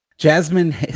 Jasmine